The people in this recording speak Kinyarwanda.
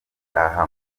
aha